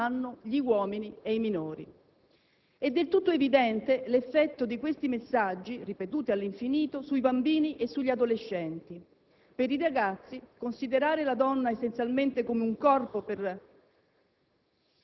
gli uomini e i minori. È del tutto evidente l'effetto di questi messaggi - ripetuti all'infinito - sui bambini e sugli adolescenti: per i ragazzi, considerare la donna essenzialmente come un corpo; per